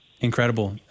incredible